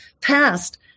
passed